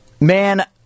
man